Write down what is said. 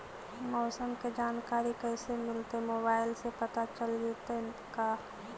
मौसम के जानकारी कैसे मिलतै मोबाईल से पता चल जितै का?